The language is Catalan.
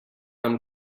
amb